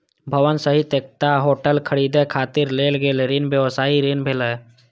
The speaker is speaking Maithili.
भवन सहित एकटा होटल खरीदै खातिर लेल गेल ऋण व्यवसायी ऋण भेलै